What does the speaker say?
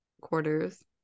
quarters